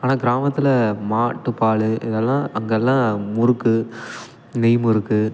ஆனால் கிராமத்தில் மாட்டு பாலு இதெல்லாம் அங்கெல்லாம் முறுக்கு நெய் முறுக்கு